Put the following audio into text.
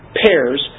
pairs